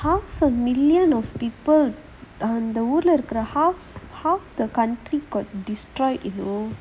how the million of people அந்த ஊர்ல இருக்குற:antha oorla irukkura half half the country got destroyed you know